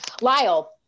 Lyle